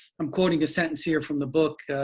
i'm quoting a sentence here from the book,